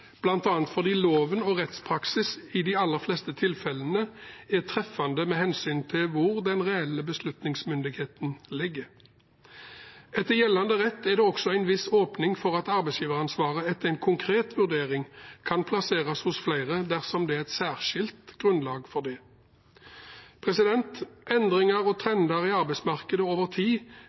fordi loven og rettspraksis i de aller fleste tilfellene er treffende med hensyn til hvor den reelle beslutningsmyndigheten ligger. Etter gjeldende rett er det også en viss åpning for at arbeidsgiveransvaret etter en konkret vurdering kan plasseres hos flere dersom det er et særskilt grunnlag for det. Endringer og trender i arbeidsmarkedet over tid